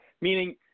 meaning